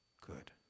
good